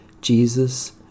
Jesus